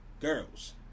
girls